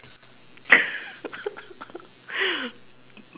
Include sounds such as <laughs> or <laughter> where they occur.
<laughs>